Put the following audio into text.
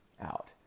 out